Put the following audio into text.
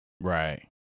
Right